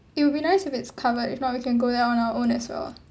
it will be nice if it's covered if not we can go there on our own as well